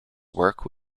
work